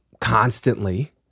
constantly